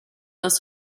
this